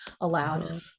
allowed